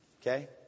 Okay